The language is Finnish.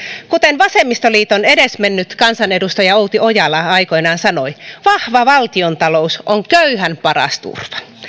kuten vasemmistoliiton edesmennyt kansanedustaja outi ojala aikoinaan sanoi vahva valtiontalous on köyhän paras turva